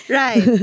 right